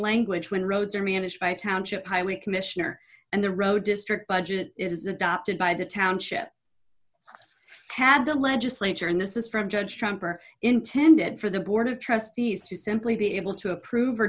language when roads are managed by township highway commissioner and the road district budget is adopted by the township had the legislature and this is from judge trump or intended for the board of trustees to simply be able to approve or